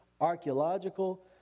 archaeological